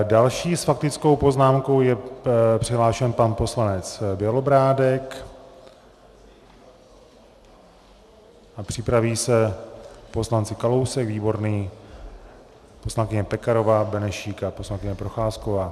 Další s faktickou poznámkou je přihlášen pan poslanec Bělobrádek a připraví se poslanci Kalousek, Výborný, poslankyně Pekarová, Benešík a poslankyně Procházková.